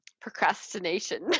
procrastination